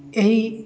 ଏହି